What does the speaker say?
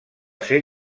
ser